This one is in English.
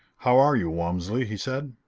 how are you, walmsley? he said.